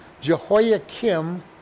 Jehoiakim